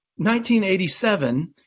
1987